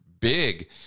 big